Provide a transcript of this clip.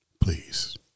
please